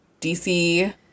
DC